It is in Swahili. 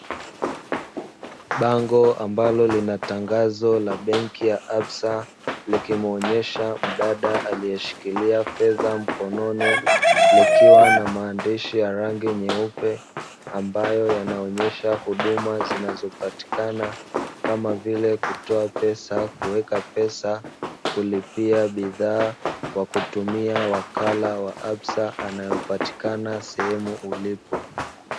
Bango ambalo lina tangazo la benki ya "ABSA" likimuonyesha mdada aliyeshikilia fedha mkononi likiwa na maandishi ya rangi nyeupe, ambayo yanaonyesha huduma zinazopatikana kama vile kutoa pesa, kuweka pesa, kulipia bidhaa kwa kutumia wakala wa "ABSA" anayepatikana sehemu ulipo.